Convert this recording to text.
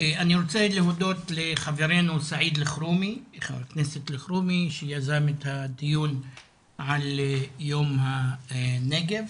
אני רוצה להודות לחברנו ח"כ אלחרומי שיזם את הדיון על יום הנגב,